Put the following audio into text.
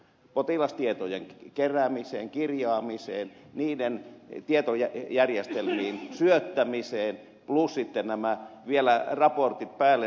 potilastietojen keräämiseen kirjaamiseen niiden tietojärjestelmiin syöttämiseen plus sitten vielä raportit päälle